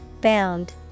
Bound